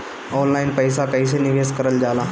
Online पईसा कईसे निवेश करल जाला?